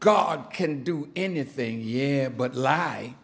god can do anything yeah but lie